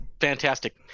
Fantastic